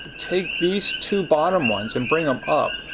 take these two bottom ones and bring them up,